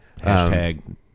Hashtag